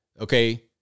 Okay